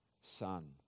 son